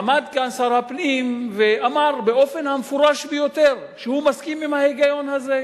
עמד כאן שר הפנים ואמר באופן המפורש ביותר שהוא מסכים עם ההיגיון הזה.